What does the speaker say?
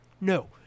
No